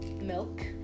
milk